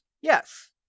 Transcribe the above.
Yes